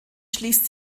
schließt